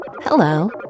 Hello